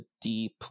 deep